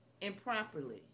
improperly